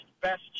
best